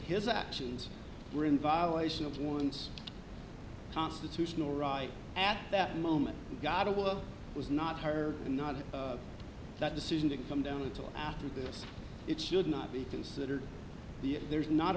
his actions were in violation of one's constitutional right at that moment you gotta walk it was not her and not that decision to come down a little after this it should not be considered there's not